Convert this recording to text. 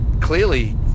clearly